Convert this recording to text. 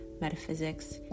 metaphysics